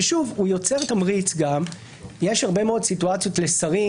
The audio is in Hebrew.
ששוב הוא יוצר תמריץ יש הרבה מאוד סיטואציות לשרים,